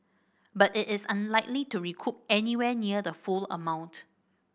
but it is unlikely to recoup anywhere near the full amount